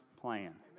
plan